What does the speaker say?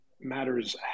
matters